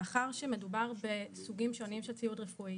מאחר שמדובר בסוגים שונים של ציוד רפואי,